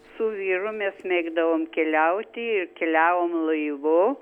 su vyru mes mėgdavom keliauti ir keliavom laivu